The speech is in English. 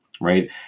right